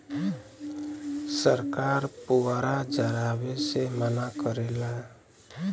सरकार पुअरा जरावे से मना करेला